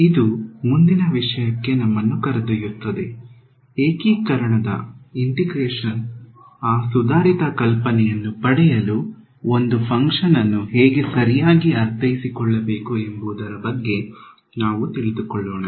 ಇದು ಮುಂದಿನ ವಿಷಯಕ್ಕೆ ನಮ್ಮನ್ನು ಕರೆದೊಯ್ಯುತ್ತದೆ ಏಕೀಕರಣದ ಆ ಸುಧಾರಿತ ಕಲ್ಪನೆಯನ್ನು ಪಡೆಯಲು ಒಂದು ಫಂಕ್ಷನ್ ಅನ್ನು ಹೇಗೆ ಸರಿಯಾಗಿ ಅರ್ಥೈಸಿಕೊಳ್ಳಬೇಕು ಎಂಬುದರ ಬಗ್ಗೆ ನಾವು ತಿಳಿದುಕೊಳ್ಳೋಣ